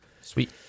Sweet